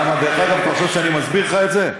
דרך אגב, אתה חושב שאני מסביר לך את זה?